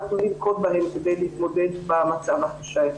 אנחנו ננקוט בהם כדי להתמודד עם המצב הקשה הזה.